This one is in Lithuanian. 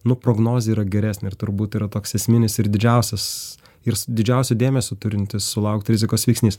nu prognozė yra geresnė ir turbūt yra toks esminis ir didžiausias ir didžiausio dėmesio turintis sulaukti rizikos veiksnys